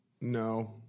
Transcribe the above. No